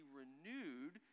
renewed